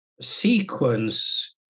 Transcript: sequence